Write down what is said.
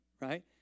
right